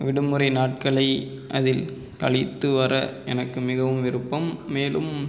விடுமுறை நாட்களை அதில் கழித்து வர எனக்கு மிகவும் விருப்பம் மேலும்